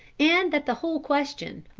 and that the whole question,